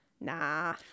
Nah